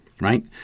right